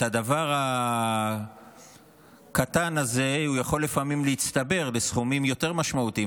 הדבר הקטן הזה יכול לפעמים להצטבר בסכומים יותר משמעותיים,